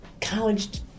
college